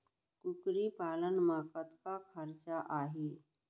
कुकरी पालन म कतका खरचा आही?